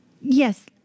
yes